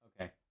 Okay